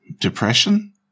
depression